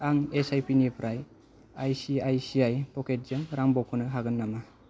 आं S I P निफ्राय I C I C I प'केटजों रां बख'नो हागोन नामा